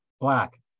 Black